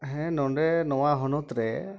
ᱦᱮᱸ ᱱᱚᱸᱰᱮ ᱱᱚᱣᱟ ᱦᱚᱱᱚᱛ ᱨᱮ